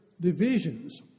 divisions